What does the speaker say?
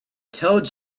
told